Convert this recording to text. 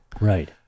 Right